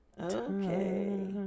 Okay